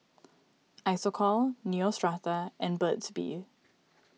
Isocal Neostrata and Burt's Bee